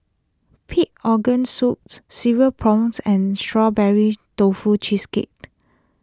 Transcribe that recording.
Pig Organ Soups Cereal Prawns and Strawberry Tofu Cheesecake